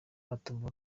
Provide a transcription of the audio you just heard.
atuma